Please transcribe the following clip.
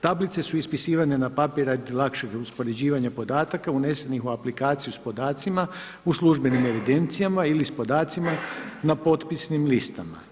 Tablice su ispisivane na papir rad lakšeg uspoređivanja podataka unesenih u aplikaciju s podacima u službenim evidencijama ili s podacima na potpisnima listama.